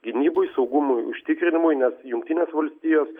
gynyboj saugumo užtikrinimui nes jungtinės valstijos